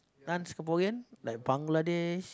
non Singaporean like Bangladesh